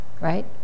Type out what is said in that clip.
right